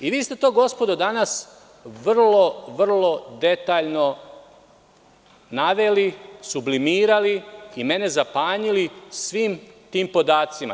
Vi ste to, gospodo, danas vrlo detaljno naveli, sublimirali i mene zapanjili svim tim podacima.